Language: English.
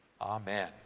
Amen